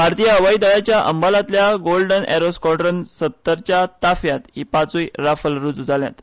भारतीय हवाई दळाच्या अंबालांतल्या गोल्डन अॅरो स्कॉड्रन सतराच्या ताफ्यांत ही पांचूय राफाल रुजू जाल्यांत